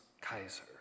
Kaiser